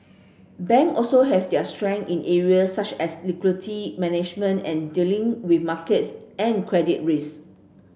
bank also have their strength in areas such as liquidity management and dealing with markets and credit risk